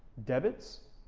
debits,